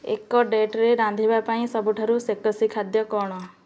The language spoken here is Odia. ଏକ ଡେଟ୍ରେ ରାନ୍ଧିବା ପାଇଁ ସବୁଠାରୁ ସେକ୍ସି ଖାଦ୍ୟ କ'ଣ